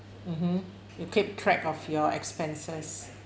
mmhmm you keep track of your expenses